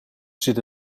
zit